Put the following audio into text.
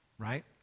Right